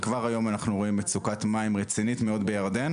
וכבר היום אנחנו רואים מצוקת מים רצינית מאוד בירדן.